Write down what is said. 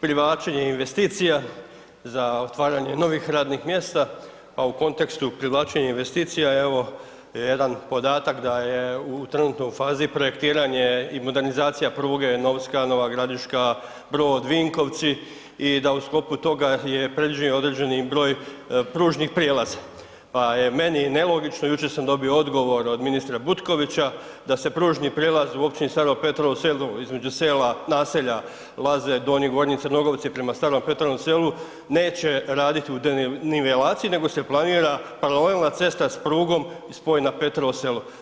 privlačenje investicija, za otvaranje novih radnih mjesta, a u kontekstu privlačenja investicija, evo je jedan podatak da je u trenutno u fazi projektiranje i modernizacija pruge Novska-Nova Gradiška-Brod-Vinkovci i da u sklopu toga je predviđen određeni broj pružnih prijelaza pa je meni nelogično, jučer sam dobio odgovor od ministra Butkovića da se pružni prijelazi u općini Staro Petrovom Selo između sela, naselja Laze Donji-Gornji Crnogovci prema Starom Petrovom Selu neće raditi u nivelaciji nego se planira paralelna cesta s prugom i spojen na Petrovo Selo.